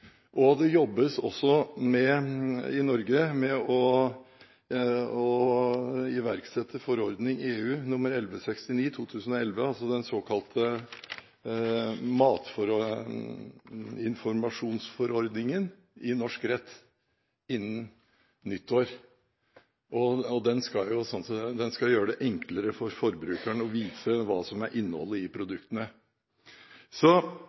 EØS-harmonisert. Det jobbes i Norge også med å iverksette EU-forordning nr. 1169/2011, den såkalte matinformasjonsforordningen, i norsk rett innen nyttår. Den skal gjøre det enklere for forbrukeren å vite hva som er innholdet i